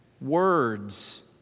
words